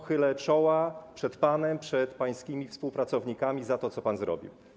Chylę czoła przed panem, przed pańskimi współpracownikami, za to, co pan zrobił.